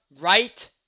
right